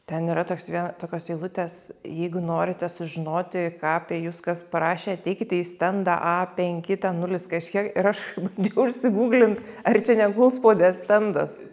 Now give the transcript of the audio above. ten yra toks vien tokios eilutės jeigu norite sužinoti ką apie jus kas parašė ateikite į stendą a penki ten nulis kažkiek ir aš bandžiau išsiguglint ar čia ne kulspaudės stendas